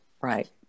right